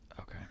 Okay